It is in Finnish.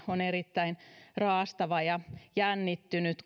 on erittäin raastava ja jännittynyt